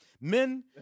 Men